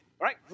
right